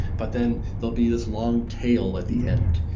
but then there'll be this long tail at the end.